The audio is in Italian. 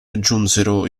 aggiunsero